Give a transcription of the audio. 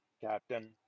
Captain